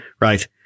right